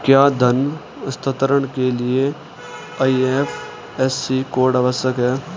क्या धन हस्तांतरण के लिए आई.एफ.एस.सी कोड आवश्यक है?